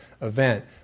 event